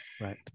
right